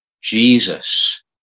Jesus